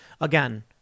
Again